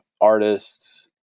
artists